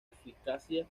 eficacia